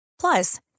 Plus